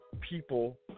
people